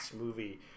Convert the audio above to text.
movie